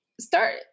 start